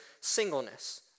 singleness